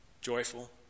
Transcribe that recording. joyful